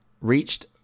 reached